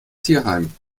tierheim